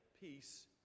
peace